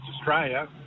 Australia